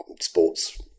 sports